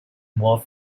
more